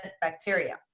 bacteria